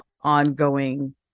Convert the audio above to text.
ongoing